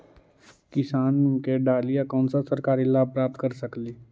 किसान के डालीय कोन सा सरकरी लाभ प्राप्त कर सकली?